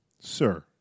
Sir